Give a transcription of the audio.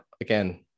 again